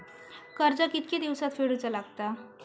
कर्ज कितके दिवसात फेडूचा लागता?